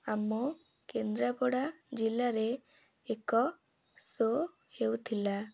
ଆମ କେନ୍ଦ୍ରାପଡ଼ା ଜିଲ୍ଲାରେ ଏକ ଶୋ ହେଉଥିଲା